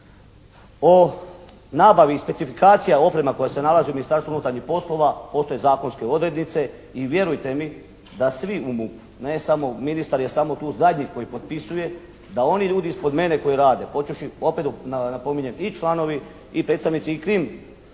O nabavi i specifikacija oprema koja se nalazi u Ministarstvu unutarnjih poslova postoje zakonske odrednice i vjerujte mi da svi u MUP-u, ne samo ministar je samo tu zadnji koji potpisuje da oni ljudi ispod mene koji rade, počevši opet napominjem i članovi i predstavnici i krim